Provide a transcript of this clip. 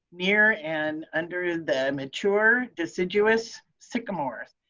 near and under the mature, deciduous sycamores.